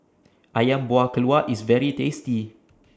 Ayam Buah Keluak IS very tasty